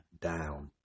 down